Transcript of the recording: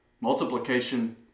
Multiplication